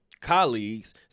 colleagues